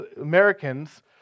Americans